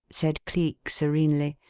said cleek, serenely.